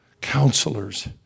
counselors